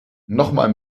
nochmal